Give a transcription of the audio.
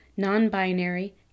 non-binary